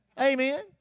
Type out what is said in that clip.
Amen